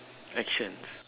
action